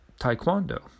taekwondo